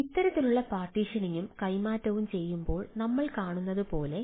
അതിനാൽ ഇത്തരത്തിലുള്ള പാർട്ടീഷനിംഗും കൈമാറ്റവും ചെയ്യുമ്പോൾ നമ്മൾ കാണുന്നത് പോലെ